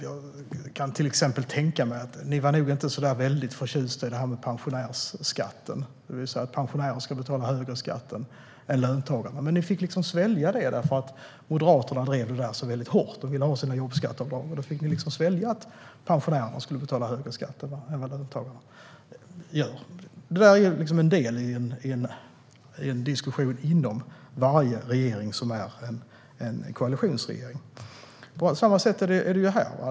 Jag kan till exempel tänka mig att ni inte var så förtjusta i pensionärsskatten - att pensionärerna skulle betala högre skatt än löntagarna - men ni fick svälja det därför att Moderaterna drev detta väldigt hårt och ville ha sina jobbskatteavdrag. Då fick ni svälja att pensionärerna skulle betala högre skatt än löntagarna. Detta är en del av diskussionen inom varje regering som är en koalitionsregering. Det är på samma sätt här.